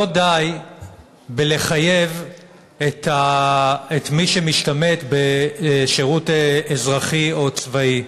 לא די בלחייב את מי שמשתמט בשירות אזרחי או צבאי,